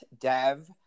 Dev